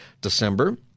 December